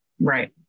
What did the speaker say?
Right